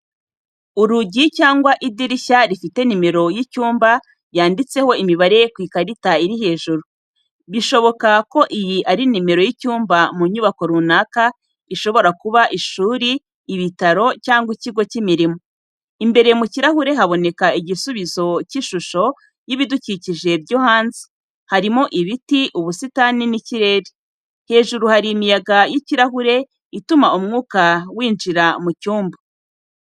Urugi cyangwa idirishya rifite nimero y’icyumba yanditseho imibare ku ikarita iri hejuru. Bishoboka ko iyi ari nimero y’icyumba mu nyubako runaka, ishobora kuba ishuri, ibitaro cyangwa ikigo cy’imirimo. Imbere mu kirahure haboneka igisubizo cy’ishusho y’ibidukikije byo hanze, harimo ibiti, ubusitani n’ikirere. Hejuru hari imiyaga y’ikirahure ituma umwuka winjira mu cyumba.